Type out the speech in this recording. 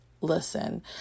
Listen